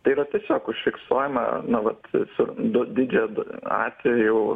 tai yra tiesiog užfiksuojama nu vat su du didžiojo du atvejai jūs